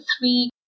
three